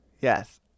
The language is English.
yes